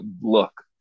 look